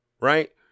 Right